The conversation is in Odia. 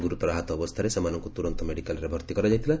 ଗୁରୁତର ଆହତ ଅବସ୍ଥାରେ ସେମାନଙ୍କୁ ତୁରନ୍ତ ମେଡ଼ିକାଲରେ ଭର୍ତି କରାଯାଇଥିଲା